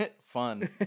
Fun